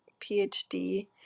PhD